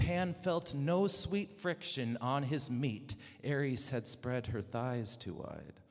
pan felt no sweet friction on his meat arie's had spread her thighs too